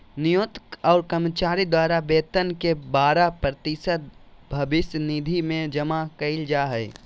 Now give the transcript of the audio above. नियोक्त और कर्मचारी द्वारा वेतन के बारह प्रतिशत भविष्य निधि में जमा कइल जा हइ